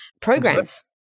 programs